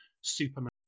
Superman